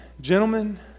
gentlemen